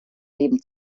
leben